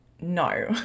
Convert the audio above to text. No